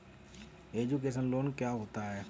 Education loan क्या होता है?